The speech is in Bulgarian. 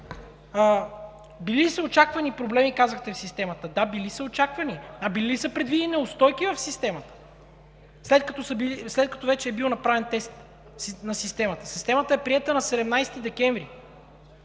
Били са очаквани проблеми в системата, казахте. Да, били са очаквани, а били ли са предвидени неустойки в системата, след като вече е бил направен тест на системата? Системата е приета на 17 декември